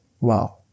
Wow